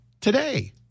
today